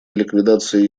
ликвидации